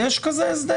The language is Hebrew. יש כזה הסדר?